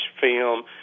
film